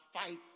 fight